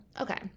Okay